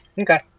Okay